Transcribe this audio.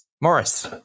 Morris